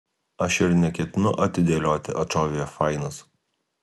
aš ir neketinu atidėlioti atšovė fainas